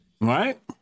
Right